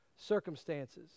circumstances